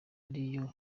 ariyo